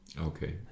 Okay